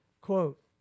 quote